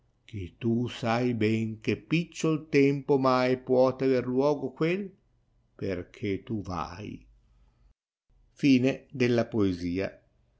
che tu sai ben che picciol tempo ornai puote aver luogo quel perchè tu vai